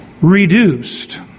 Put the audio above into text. reduced